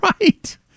Right